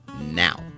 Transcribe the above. now